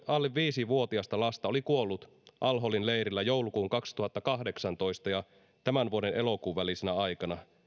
alle viisivuotiasta lasta on kuollut al holin leirillä joulukuun kaksituhattakahdeksantoista ja tämän vuoden elokuun välisenä aikana